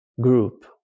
group